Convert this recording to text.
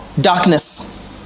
darkness